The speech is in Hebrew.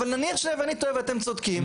אבל נניח שאני טועה ואתם צודקים.